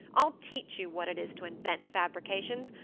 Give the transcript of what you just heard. i'll teach you what it is to invent fabrications!